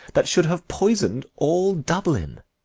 that should have poisoned all dublin.